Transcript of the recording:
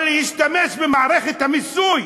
אבל להשתמש במערכת המיסוי